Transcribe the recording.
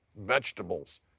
vegetables